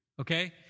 okay